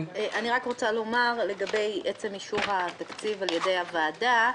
אני רק רוצה לומר לגבי עצם אישור התקציב על-ידי הוועדה.